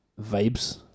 vibes